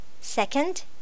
Second